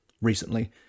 recently